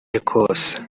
ecosse